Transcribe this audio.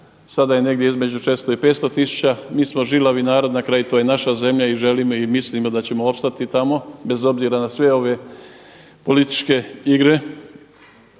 sada je negdje između 400 i 500 tisuća. Mi smo žilavi narod, na kraju to je naša zemlja i želimo i mislimo da ćemo opstati tamo bez obzira na sve ove političke igre.